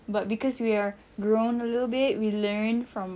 but cause we are grown a little bit we learnt from